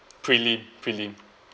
prelim prelim